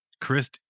chris